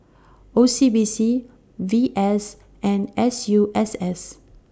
O C B C V S and S U S S